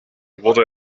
wurde